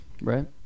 Right